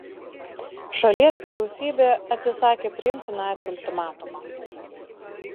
šalies vyriausybė atsisakė priimti nacių ultimatumą